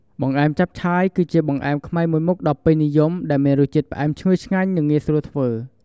បង្អែមចាប់ឆាយ គឺជាបង្អែមខ្មែរមួយមុខដ៏ពេញនិយម ដែលមានរសជាតិផ្អែមឈ្ងុយឆ្ងាញ់ និងងាយស្រួលធ្វើ។